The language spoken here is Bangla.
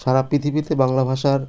সারা পৃথিবীতে বাংলা ভাষার